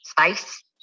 space